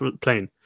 plane